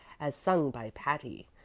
as sung by patti.